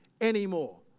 anymore